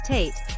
Tate